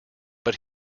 but